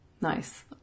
Nice